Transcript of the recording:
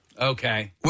Okay